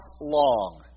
long